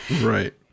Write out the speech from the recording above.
Right